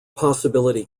possibility